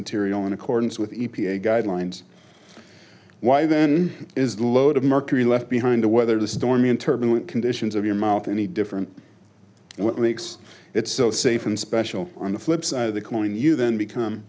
material in accordance with the e p a guidelines why then is the load of mercury left behind to weather the storm in turbulent conditions of your mouth any different what makes it so safe and special on the flipside of the coin you then become